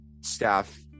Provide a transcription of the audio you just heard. staff